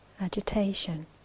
Agitation